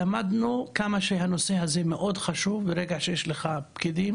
למדנו כמה שהנושא הזה מאד חשוב ברגע שיש לך פקידים